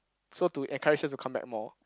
so to encourage us to come back more